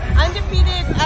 undefeated